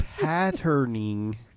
patterning